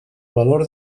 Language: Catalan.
valor